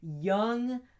young